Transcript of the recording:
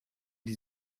die